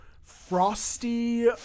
frosty